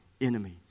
enemies